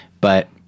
but-